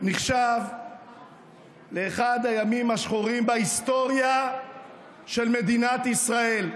נחשב לאחד הימים השחורים בהיסטוריה של מדינת ישראל,